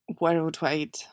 worldwide